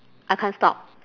I can't stop